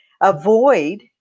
Avoid